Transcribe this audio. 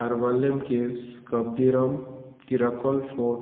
Arvalem caves काब ब्दिरम Tiracol fort